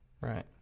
Right